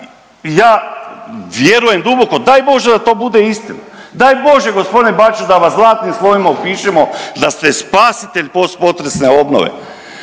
ja vjerujem, duboko, daj Bože da to bude istina. Daj Bože, g. Bačiću, da vas zlatnim slovima upišemo da ste spasitelj postpotresne obnove,